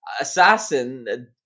Assassin